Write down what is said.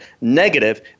negative